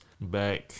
back